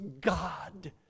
God